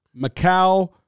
Macau